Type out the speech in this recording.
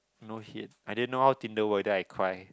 no hit I didn't know how Tinder work then I cry